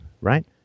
right